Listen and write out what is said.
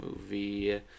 movie